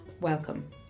Welcome